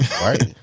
Right